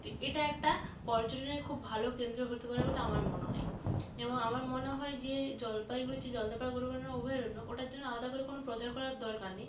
তো এটা একটা পর্যটনের খুব ভালো কেন্দ্র হতে পারে বলে আমার মনে হয় এবং আমার মনে হয় যে জলপাইগুড়ি যে জলদাপাড়া গরুমারা অভয়ারণ্য ওটার জন্য আলাদা করে কোনো প্রচার করার দরকার নেই